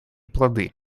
плоды